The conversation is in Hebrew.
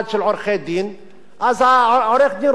אז העורך-דין רושם לה שהיא עובדת חצי משרה,